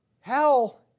hell